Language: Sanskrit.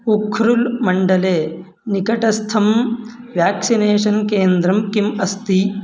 उख्रुल्मण्डले निकटस्थं व्याक्सिनेषन् केन्द्रं किम् अस्ति